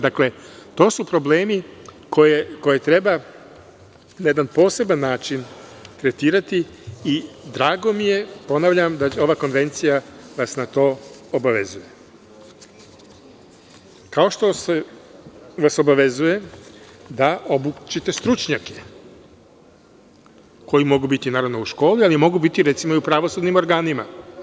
Dakle, to su problemi koje treba na jedan poseban način tretirati i drago mi je da vas ova konvencija na to obavezuje, kao što vas obavezuje da obučite stručnjake koji mogu biti u školi, ali mogu biti i, recimo, u pravosudnim organima.